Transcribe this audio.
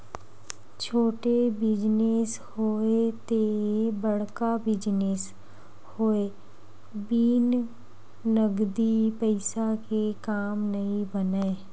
छोटे बिजनेस होवय ते बड़का बिजनेस होवय बिन नगदी पइसा के काम नइ बनय